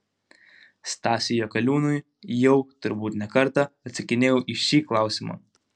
stasiui jakeliūnui jau turbūt ne kartą atsakinėjau į šį klausimą